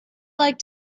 like